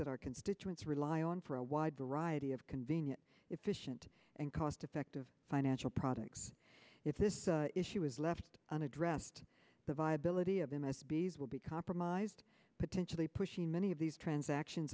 that our constituents rely on for a wide variety of convenient efficient and cost effective financial products if this issue is left unaddressed the viability of them as bees will be compromised potentially pushing many of these transactions